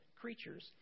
creatures